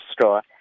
Store